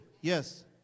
Yes